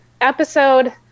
episode